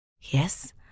Yes